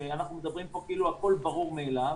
אנחנו מדברים פה כאילו הכול ברור מאליו